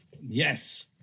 Yes